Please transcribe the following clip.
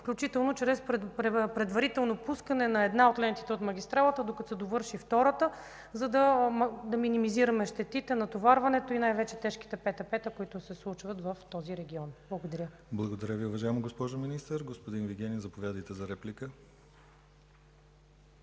включително чрез предварително пускане на една от лентите от магистралата докато се довърши втората, за да минимизираме щетите, натоварването и най-вече тежките ПТП-та, които се случват в този регион. Благодаря. ПРЕДСЕДАТЕЛ ДИМИТЪР ГЛАВЧЕВ: Благодаря Ви, уважаема госпожо Министър. Господин Вигенин, заповядайте за реплика.